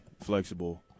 flexible